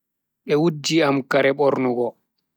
Be wujji am kare bornugo.